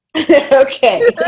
Okay